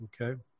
Okay